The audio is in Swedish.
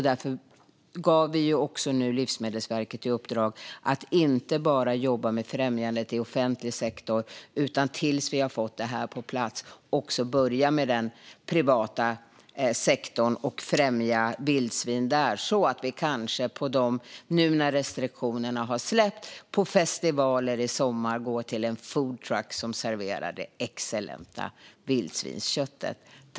Därför gav vi nu också Livsmedelsverket i uppdrag att inte bara jobba med främjandet i offentlig sektor utan att också, tills vi fått detta på plats, börja med den privata sektorn. Då kan vi kanske nu i sommar när restriktionerna har släppts gå till en foodtruck som serverar det excellenta vildsvinsköttet.